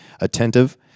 attentive